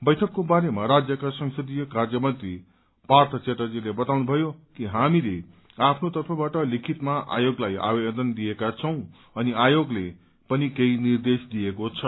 बैठकको बारेमा राज्यका संसदीय कार्य मन्त्री पार्थ च्याटर्जीले बताउनुभयो कि हामीले आफ्नो तर्फबाट लिखितमा आयोगलाई आवदेन दिएको छौ अनि आयोगले पनि केही निर्देश दिएको छ